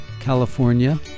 California